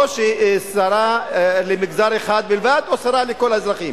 או שהשרה למגזר אחד בלבד, או שרה לכל האזרחים.